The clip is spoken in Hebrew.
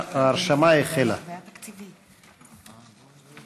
הצעת חוק תקופת צינון לבכירים בשירות הציבורי (תיקוני חקיקה),